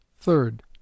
Third